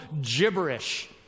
gibberish